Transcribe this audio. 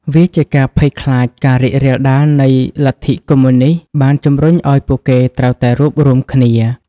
វាជាភ័យខ្លាចការរីករាលដាលនៃលទ្ធិកុម្មុយនីស្តបានជំរុញឱ្យពួកគេត្រូវតែរួបរួមគ្នា ។